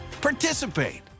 participate